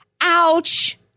Ouch